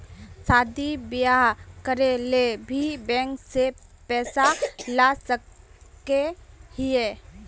शादी बियाह करे ले भी बैंक से पैसा ला सके हिये?